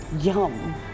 Yum